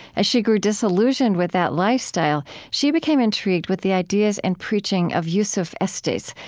as she grew disillusioned with that lifestyle, she became intrigued with the ideas and preaching of yusuf estes,